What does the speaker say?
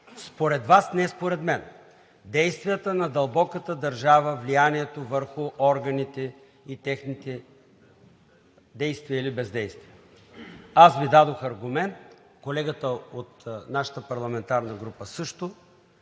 според Вас, не според мен, действията на дълбоката държава, влиянието върху органите и техните действия или бездействия! Аз Ви дадох аргумент, колегата от нашата парламентарна група също.